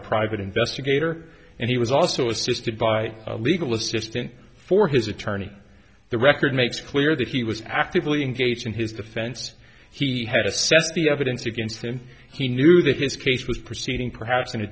a private investigator and he was also assisted by legal assistant for his attorney the record makes clear that he was actively engaged in his defense he had assessed the evidence against him he knew that his case was proceeding perhaps in a